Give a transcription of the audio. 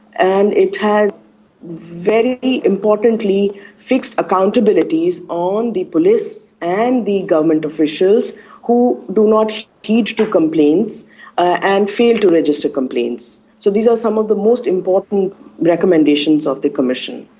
and it has very importantly importantly fixed accountabilities on the police and the government officials who do not heed to complaints and fail to register complaints. so these are some of the most important recommendations of the commission.